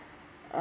uh